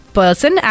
person